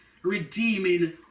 redeeming